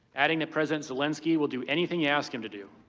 adding that president zelensky will do anything you ask them to do.